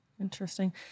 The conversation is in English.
Interesting